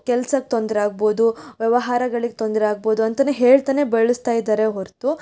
ಕೆಲ್ಸಕ್ಕೆ ತೊಂದರೆ ಆಗ್ಬೋದು ವ್ಯವಹಾರಗಳಿಗೆ ತೊಂದರೆ ಆಗ್ಬೋದು ಅಂತಲೇ ಹೇಳ್ತನೇ ಬೆಳೆಸ್ತಾ ಇದ್ದಾರೆ ಹೊರತು